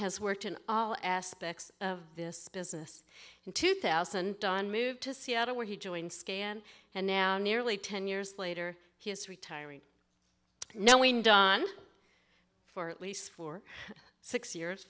has worked in all aspects of this business in two thousand done moved to seattle where he joined skin and now nearly ten years later he is retiring now when don for at least four six years